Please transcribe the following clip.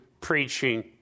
preaching